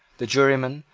the jurymen,